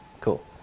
cool